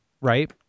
right